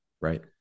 Right